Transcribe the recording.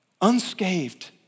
unscathed